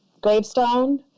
gravestone